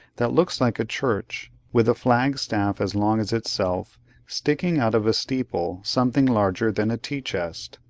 that looks like a church, with a flag staff as long as itself sticking out of a steeple something larger than a tea-chest.